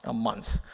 ah months.